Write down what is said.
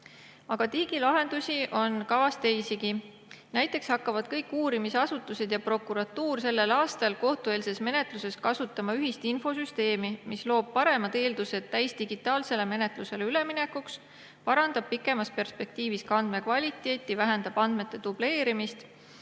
Aga digilahendusi on kavas teisigi. Näiteks hakkavad kõik uurimisasutused ja prokuratuur sellel aastal kohtueelses menetluses kasutama ühist infosüsteemi, mis loob paremad eeldused täisdigitaalsele menetlusele üleminekuks ning parandab pikemas perspektiivis ka andmete kvaliteeti ja vähendab nende dubleerimist.